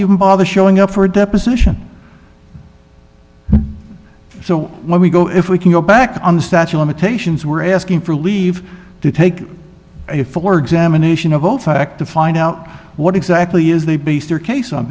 you bother showing up for a deposition so when we go if we can go back on the statue limitations we're asking for leave to take it for examination of all fact to find out what exactly is they base their case on